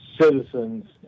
citizens